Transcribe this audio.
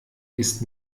ist